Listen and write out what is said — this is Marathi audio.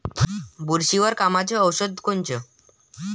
बुरशीवर कामाचं औषध कोनचं?